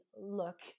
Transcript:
look